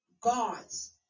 gods